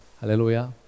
Hallelujah